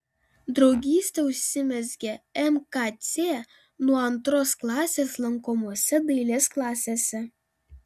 draugystė užsimezgė mkc nuo antros klasės lankomose dailės klasėse